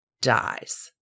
dies